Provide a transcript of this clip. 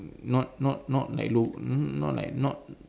not not not like look not like not